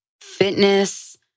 fitness